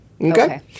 Okay